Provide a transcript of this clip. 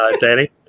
danny